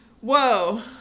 Whoa